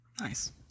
nice